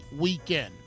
weekend